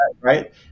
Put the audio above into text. right